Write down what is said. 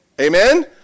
Amen